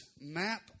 map